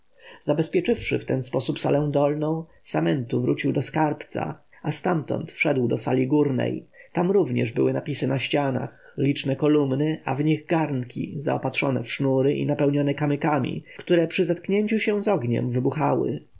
zabezpieczywszy w ten sposób salę dolną samentu wrócił do skarbca a stamtąd wszedł do sali górnej tam również były napisy na ścianach liczne kolumny a w nich garnki zaopatrzone w sznury i napełnione kamykami które przy zetknięciu się z ogniem wybuchały